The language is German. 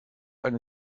eine